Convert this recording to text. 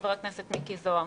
חבר הכנסת מיקי זוהר,